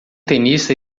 tenista